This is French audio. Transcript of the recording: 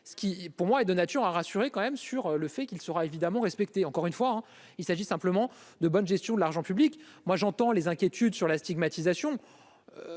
ce qui pour moi est de nature à rassurer quand même sur le fait qu'il sera évidemment respecter encore une fois, il s'agit simplement de bonne gestion de l'argent public, moi j'entends les inquiétudes sur la stigmatisation